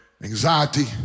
Anxiety